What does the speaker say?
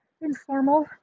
informal